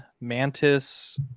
Mantis